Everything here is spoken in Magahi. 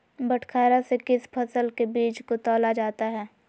बटखरा से किस फसल के बीज को तौला जाता है?